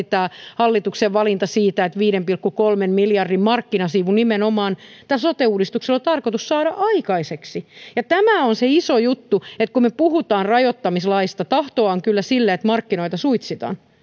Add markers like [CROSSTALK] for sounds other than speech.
[UNINTELLIGIBLE] tämä hallituksen valinta että viiden pilkku kolmen miljardin markkinasiivu nimenomaan tällä sote uudistuksella on tarkoitus saada aikaiseksi maksaa merkittävästi tämä on se iso juttu että kun me puhumme rajoittamislaista niin tahtoa on kyllä siihen että markkinoita suitsitaan